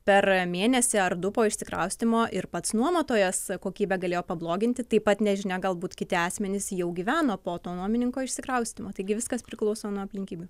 per mėnesį ar du po išsikraustymo ir pats nuomotojas kokybę galėjo pabloginti taip pat nežinia galbūt kiti asmenys jau gyveno po to nuomininko išsikraustymo taigi viskas priklauso nuo aplinkybių